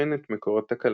לאבחן את מקור התקלה.